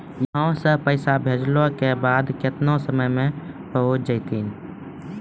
यहां सा पैसा भेजलो के बाद केतना समय मे पहुंच जैतीन?